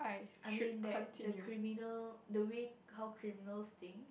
I mean that the criminal the way how criminals think